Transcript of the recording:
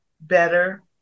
better